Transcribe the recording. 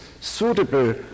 suitable